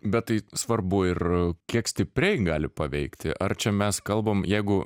bet tai svarbu ir kiek stipriai gali paveikti ar čia mes kalbam jeigu